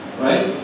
Right